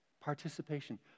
Participation